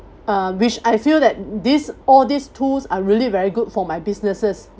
uh which I feel that this all these tools are really very good for my businesses